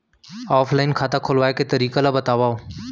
Offline खाता खोलवाय के तरीका ल बतावव?